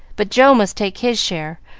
but joe must take his share,